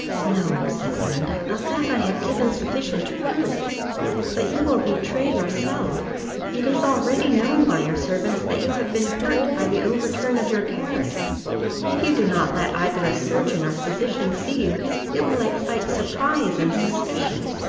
no, said belinda, of that i have given sufficient proof but you will betray yourself it is already known by your servants that you have been hurt by the overturn of your carriage if you do not let either a surgeon or physician see you it will excite surprise and suspicion.